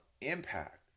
impact